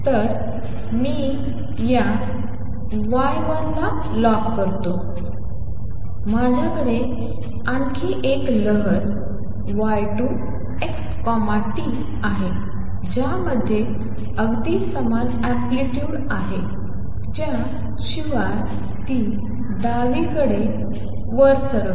तर मी या y 1 ला कॉल करतो माझ्याकडे आणखी एक लाट y2xtआहे ज्यामध्ये अगदी समान अँप्लितुड आहे ज्याशिवाय ती डावीकडे प्रवास करते